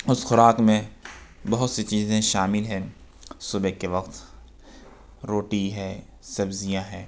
اس خوراک میں بہت سی چیزیں شامل ہیں صبح کے وقت روٹی ہے سبزیاں ہیں